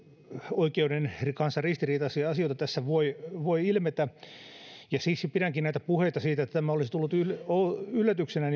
oikeuden kanssa ristiriitaisia asioita tässä voi voi ilmetä ja siksi pidänkin varsin outoina näitä puheita siitä että tämä olisi tullut yllätyksenä